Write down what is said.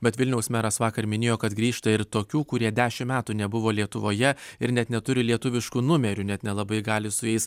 bet vilniaus meras vakar minėjo kad grįžta ir tokių kurie dešimt metų nebuvo lietuvoje ir net neturi lietuviškų numerių net nelabai gali su jais